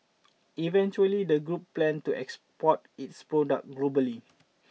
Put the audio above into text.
eventually the group plan to export its products globally